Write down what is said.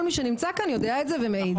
כל מי שנמצא כאן יודע את זה ומעיד.